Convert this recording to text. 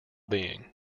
being